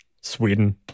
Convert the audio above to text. Sweden